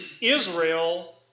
Israel